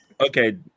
Okay